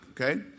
okay